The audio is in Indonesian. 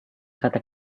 kata